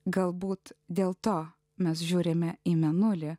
galbūt dėl to mes žiūrime į mėnulį